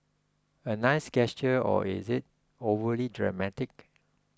a nice gesture or is it overly dramatic